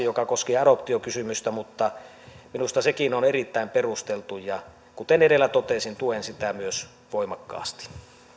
joka koskee adoptiokysymystä mutta minusta sekin on erittäin perusteltu ja kuten edellä totesin tuen myös sitä voimakkaasti